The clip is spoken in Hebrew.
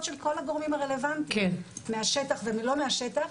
של כל הגורמים הרלוונטיים מהשטח ולא מהשטח,